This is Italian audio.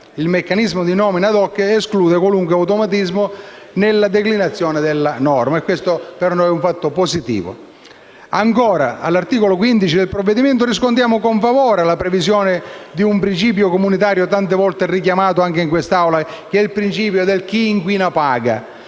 Il meccanismo di nomina *ad hoc* esclude qualunque automatismo nella declinazione della norma: questo per noi è un fatto positivo. Ancora, all'articolo 15 del provvedimento riscontriamo con favore la previsione di un principio comunitario tante volte richiamato anche in questa Aula, che è quello del «chi inquina paga».